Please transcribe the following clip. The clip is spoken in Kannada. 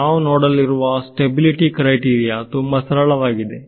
ನಾವು ನೋಡಲಿರುವ ಸ್ಟೆಬಿಲಿಟಿ ಕ್ರೈಟೀರಿಯ ತುಂಬಾ ಸರಳವಾಗಿದೆ